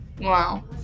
wow